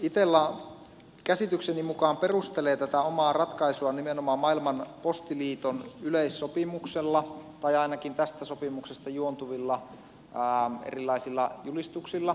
itella käsitykseni mukaan perustelee tätä omaa ratkaisuaan nimenomaan maailman postiliiton yleissopimuksella tai ainakin tästä sopimuksesta juontuvilla erilaisilla julistuksilla